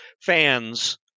fans